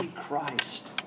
Christ